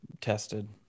tested